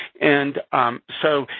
and so,